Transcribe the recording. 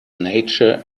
nature